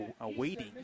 Awaiting